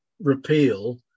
repeal